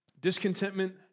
discontentment